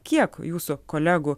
kiek jūsų kolegų